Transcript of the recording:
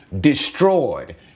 destroyed